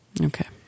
Okay